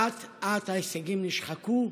ואט-אט ההישגים נשחקו,